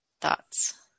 thoughts